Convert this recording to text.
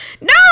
No